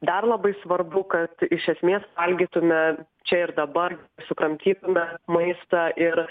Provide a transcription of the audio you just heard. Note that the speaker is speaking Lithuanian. dar labai svarbu kad iš esmės valgytume čia ir dabar sukramtytume maistą ir